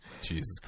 jesus